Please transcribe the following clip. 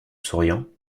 souriant